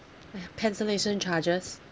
!aiya! cancellation charges